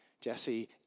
Jesse